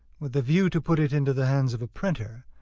with the view to put it into the hands of a printer,